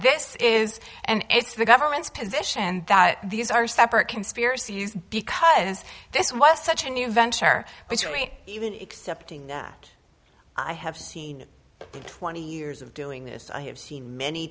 this is and it's the government's position that these are separate conspiracies because this was such a new venture which rate even accepting that i have seen in twenty years of doing this i have seen many